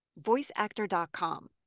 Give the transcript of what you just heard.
Voiceactor.com